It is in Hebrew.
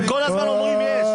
אתם כל הזמן אומרים שיש.